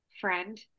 friend